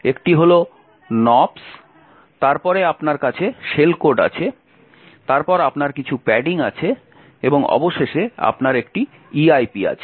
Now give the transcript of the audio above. একটি হল nops তারপরে আপনার কাছে শেল কোড আছে তারপর আপনার কিছু প্যাডিং আছে এবং অবশেষে আপনার একটি EIP আছে